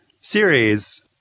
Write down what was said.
series